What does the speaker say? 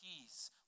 peace